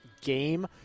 game